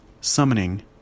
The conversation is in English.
summoning